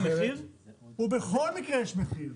הוא בכל מקרה יש מחיר.